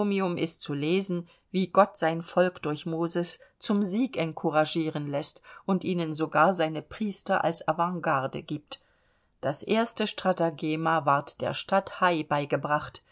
ist zu lesen wie gott sein volk durch moses zum sieg encouragieren läßt und ihnen sogar seine priester als avantgarde gibt das erste stratagema ward der stadt hai beigebracht